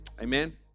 Amen